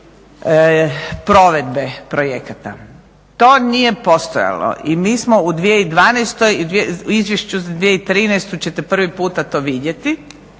provedbe projekata. To nije postojalo i mi smo u 2012., u izvješću za 2013. ćete prvi puta to vidjeti,